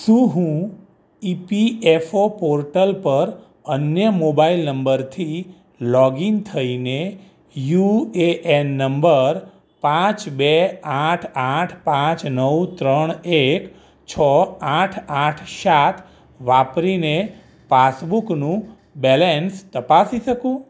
શું હું E P F O portal પર અન્ય મોબાઈલ નંબરથી લૉગ ઇન થઈ ને યુ એ એન નંબર પાંચ બે આઠ આઠ પાંચ નવ ત્રણ એક છ આઠ આઠ સાત વાપરી ને પાસબુકનું બૅલેન્સમાં તપાસી શકું